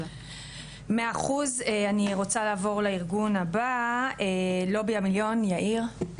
אני רוצה לעבור לארגון הבא, לובי המיליון, יאיר.